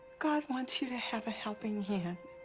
god wants you to have a helping hand.